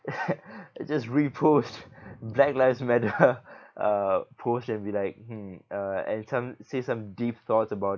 just repost black lives matter uh post and be like hmm uh and some say some deep thoughts about